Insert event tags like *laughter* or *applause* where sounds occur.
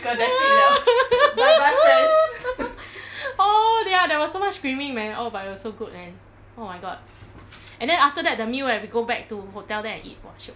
*laughs* *breath* oh they ya there was so much screaming man oh but it was so good man oh my god and then after that the meal when we go back to hotel there and eat !wah! shiok